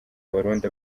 abarundi